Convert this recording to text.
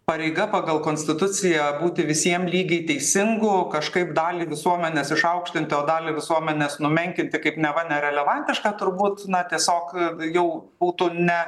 pareiga pagal konstituciją būti visiem lygiai teisingu kažkaip dalį visuomenės išaukštinti o dalį visuomenės numenkinti kaip neva nerelevantišką turbūt na tiesiog jau būtų ne